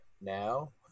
now